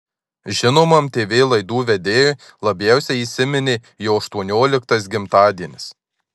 žinomam tv laidų vedėjui labiausiai įsiminė jo aštuonioliktas gimtadienis